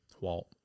Walt